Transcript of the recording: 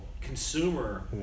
consumer